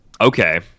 Okay